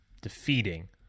defeating